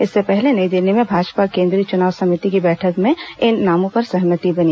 इससे पहले नई दिल्ली में भाजपा केंद्रीय चुनाव समिति की बैठक में इन नामों पर सहमति बनी